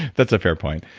that's a fair point.